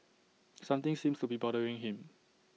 something seems to be bothering him